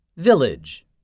village